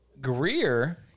Greer